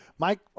Mike